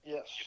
Yes